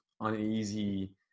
uneasy